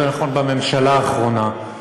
יותר נכון בממשלה האחרונה,